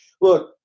look